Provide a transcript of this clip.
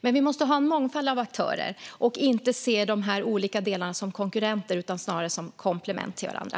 Men vi måste ha en mångfald av aktörer och inte se de olika delarna som konkurrenter utan snarare som komplement till varandra.